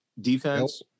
Defense